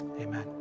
Amen